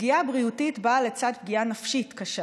הפגיעה הבריאותית באה לצד פגיעה נפשית קשה.